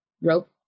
rope